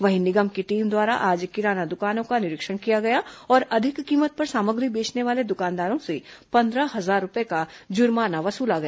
वहीं निगम की टीम द्वारा आज किराना द्वकानों का निरीक्षण किया और अधिक कीमत पर सामग्री बेचने वाले दुकानदारों से पंद्रह हजार रूपये का जुर्माना वसूला गया